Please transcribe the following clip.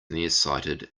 nearsighted